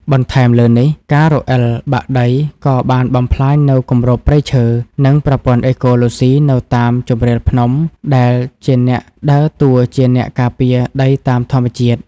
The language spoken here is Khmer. បន្ថែមលើនេះ ការរអិលបាក់ដីក៏បានបំផ្លាញនូវគម្របព្រៃឈើ និងប្រព័ន្ធអេកូឡូស៊ីនៅតាមជម្រាលភ្នំ ដែលជាអ្នកដើរតួជាអ្នកការពារដីតាមធម្មជាតិ។